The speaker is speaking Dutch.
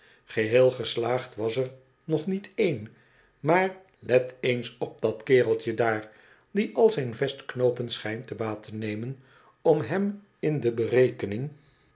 geheel geslaagd was er nog niet een maar let eens op dat kereltje daar die al zijn vestknoopen schijnt te baat te nemen om hem in de berekening